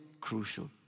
crucial